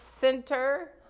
Center